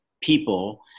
people